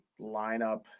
lineup